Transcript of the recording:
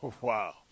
Wow